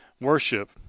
Worship